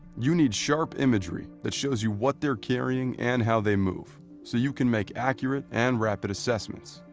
you need sharp imagery that shows you what they're carrying and how they move so you can make accurate and rapid assessments.